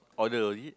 order is it